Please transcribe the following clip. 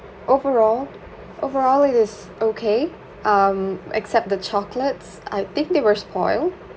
overall overall is okay um except the chocolates I think they were spoilt